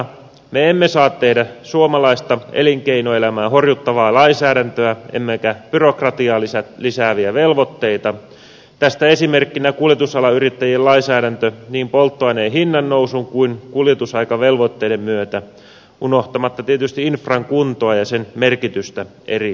me emme saa tehdä suomalaista elinkeinoelämää horjuttavaa lainsäädäntöä emmekä byrokratiaa lisääviä velvoitteita tästä esimerkkinä kuljetusalayrittäjien lainsäädäntö niin polttoaineen hinnannousun kuin kuljetusaikavelvoitteiden myötä unohtamatta tietysti infran kuntoa ja sen merkitystä eri alueille